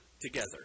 together